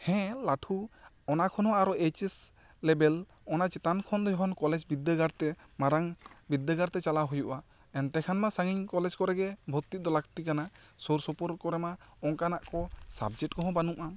ᱦᱮᱸ ᱞᱟᱹᱴᱷᱩ ᱚᱱᱟ ᱠᱷᱚᱱ ᱦᱚᱸ ᱟᱨᱚ ᱮᱭᱤᱪᱮᱥ ᱞᱮᱵᱮᱞ ᱚᱱᱟ ᱪᱮᱛᱟᱱ ᱠᱷᱚᱱ ᱫᱚ ᱡᱚᱠᱷᱚᱱ ᱠᱚᱞᱮᱡᱽ ᱵᱤᱨᱫᱟᱹᱜᱟᱲ ᱛᱮ ᱢᱟᱨᱟᱝ ᱵᱤᱨᱫᱟᱹᱜᱟᱲ ᱛᱮ ᱪᱟᱞᱟᱣ ᱦᱩᱭᱩᱜᱼᱟ ᱮᱱᱛᱮᱜ ᱢᱟ ᱥᱟᱺᱜᱤᱧ ᱠᱚᱞᱮᱡᱽ ᱠᱚ ᱨᱮ ᱜᱮ ᱵᱷᱩᱹᱨᱛᱤ ᱫᱚ ᱢᱟ ᱞᱟ ᱠᱛᱤ ᱠᱟᱱᱟ ᱥᱩᱨ ᱥᱩᱯᱩᱨ ᱠᱚᱨᱮ ᱢᱟ ᱚᱱᱠᱟᱱᱟᱜ ᱠᱚ ᱥᱟᱵᱡᱮᱠᱴ ᱠᱚᱦᱚᱸ ᱵᱟᱹᱱᱩᱜᱼᱟ